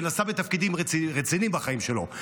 אדם שנשא בתפקידים רציניים בחיים שלו,